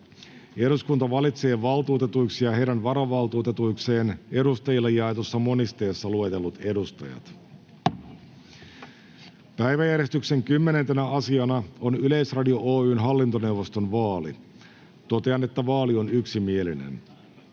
Eduskunta valitsee valtuutetuiksi ja heidän varavaltuutetuikseen edustajille jaetussa monisteessa luetellut edustajat. Päiväjärjestyksen 10. asiana on Yleisradio Oy:n hallintoneuvoston vaali. Totean, että vaali on yksimielinen.